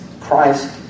Christ